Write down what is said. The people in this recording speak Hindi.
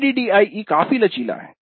ADDIE काफी लचीला है